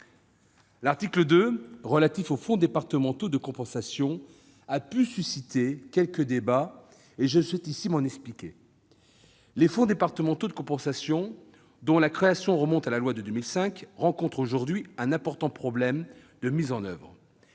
L'article 2 relatif aux fonds départementaux de compensation a pu susciter quelques débats. Je souhaite ici m'en expliquer. Les fonds départementaux de compensation, dont la création remonte à la loi de 2005, rencontrent aujourd'hui un important problème de mise en oeuvre.